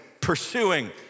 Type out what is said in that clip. Pursuing